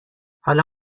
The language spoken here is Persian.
حالا